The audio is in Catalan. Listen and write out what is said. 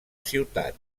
ciutat